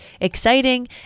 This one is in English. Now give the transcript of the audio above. exciting